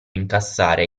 incassare